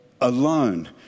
alone